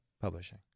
publishing